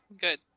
good